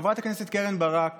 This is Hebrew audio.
חברת הכנסת קרן ברק